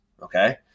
Okay